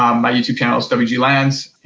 um my youtube channel is wglands and,